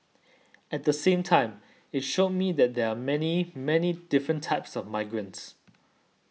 at the same time it showed me that there are many many different types of migrants